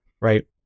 Right